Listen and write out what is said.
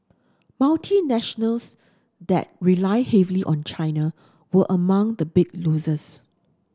multinationals that rely heavily on China were among the bigger losers